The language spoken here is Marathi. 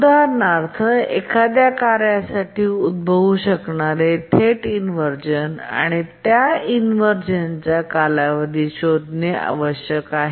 उदाहरणार्थ एखाद्या कार्यासाठी उद्भवू शकणारे थेट इन्व्हरझेन आणि त्या इन्व्हरझेनचा कालावधी शोधणे आवश्यक आहे